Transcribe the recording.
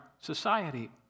society